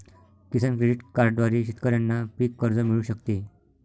किसान credit कार्डद्वारे शेतकऱ्यांना पीक कर्ज मिळू शकते